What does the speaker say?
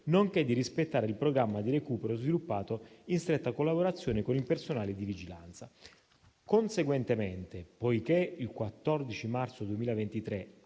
nonché di rispettare il programma di recupero sviluppato in stretta collaborazione con il personale di vigilanza. Conseguentemente, poiché il 14 marzo 2023,